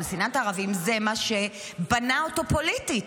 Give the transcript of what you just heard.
אבל שנאת ערבים זה מה שבנה אותו פוליטית.